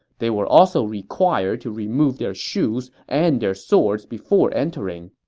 they were also required to remove their shoes and their swords before entering.